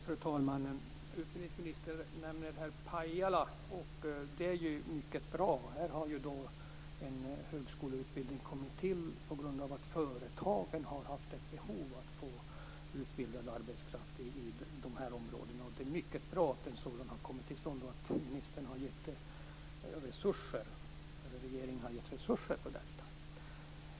Fru talman! Utbildningsministern nämner här utbildningen i Pajala. Det är bra. Där har en högskoleutbildning kommit till på grund av att företagen har haft ett behov av utbildad arbetskraft i området. Det är mycket bra att en sådan har kommit till stånd och att regeringen har gett resurser till det.